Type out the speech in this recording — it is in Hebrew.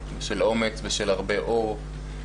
של אומץ ושל הרבה אור.